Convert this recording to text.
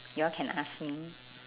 you all can ask me